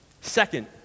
Second